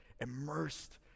immersed